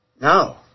No